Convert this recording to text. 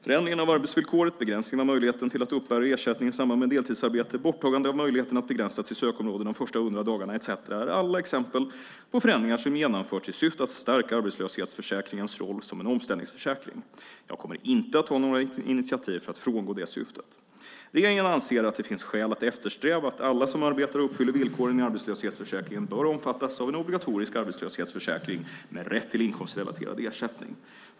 Förändringen av arbetsvillkoret, begränsningen av möjligheten att uppbära ersättning i samband med deltidsarbete, borttagandet av möjligheten att begränsa sitt sökområde de första hundra dagarna etcetera är alla exempel på förändringar som genomförts i syfte att stärka arbetslöshetsförsäkringens roll som en omställningsförsäkring. Jag kommer inte att ta några initiativ för att frångå det syftet. Regeringen anser att det finns skäl att eftersträva att alla som arbetar och uppfyller villkoren i arbetslöshetsförsäkringen bör omfattas av en obligatorisk arbetslöshetsförsäkring med rätt till inkomstrelaterad ersättning.